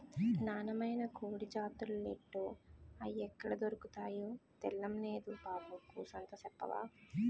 నాన్నమైన కోడి జాతులేటో, అయ్యెక్కడ దొర్కతాయో తెల్డం నేదు బాబు కూసంత సెప్తవా